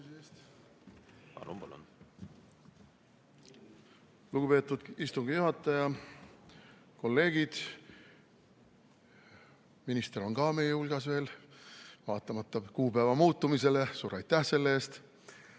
Lugupeetud istungi juhataja! Kolleegid! Minister on ka veel meie hulgas, vaatamata kuupäeva muutumisele. Suur aitäh selle eest!